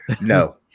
No